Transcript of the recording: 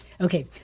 Okay